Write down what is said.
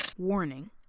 Warning